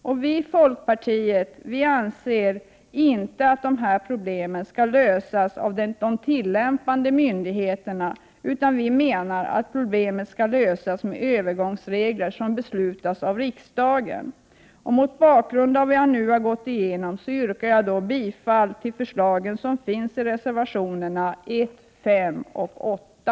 mun Vi i folkpartiet anser inte att dessa problem skall lösas av de tillämpande myndigheterna, utan vi menar att problemen skall lösas med övergångsregler som beslutas av riksdagen. Mot bakgrund av vad jag nu har gått igenom yrkar jag bifall till de förslag som finns i reservationerna 1, 5 och 8.